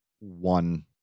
one